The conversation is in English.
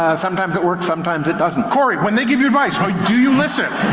ah sometimes it works, sometimes it doesn't. cory, when they give you advice, do you listen?